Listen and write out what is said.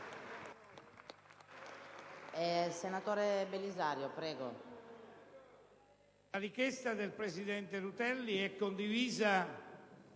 La richiesta del presidente Rutelli è condivisa